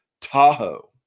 Tahoe